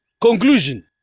Conclusion